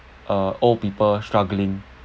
uh old people struggling